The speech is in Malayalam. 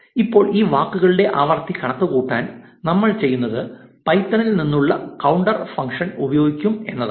ഇപ്പോൾ ഈ വാക്കുകളുടെ ആവൃത്തി കണക്കുകൂട്ടാൻ നമ്മൾ ചെയ്യുന്നത് പൈത്തണിൽ നിന്നുള്ള കൌണ്ടർ ഫംഗ്ഷൻ ഉപയോഗിക്കും എന്നതാണ്